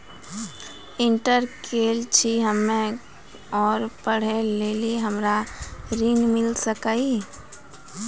Inter केल छी हम्मे और पढ़े लेली हमरा ऋण मिल सकाई?